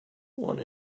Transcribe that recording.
one